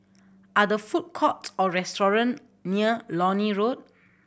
are there food courts or restaurant near Lornie Road